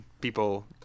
people